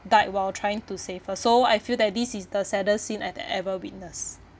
died while trying to save her so I feel that this is the saddest scene I've ever witness